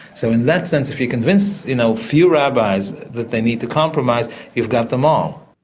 so in that sense if you convince you know, few rabbis that they need to compromise you've got them all.